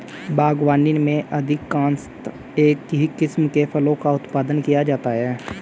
बागवानी में अधिकांशतः एक ही किस्म के फलों का उत्पादन किया जाता है